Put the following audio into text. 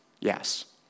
yes